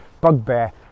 bugbear